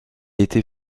était